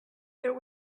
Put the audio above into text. there